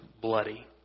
bloody